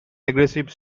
aggressive